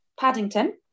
Paddington